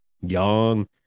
young